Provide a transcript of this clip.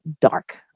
Dark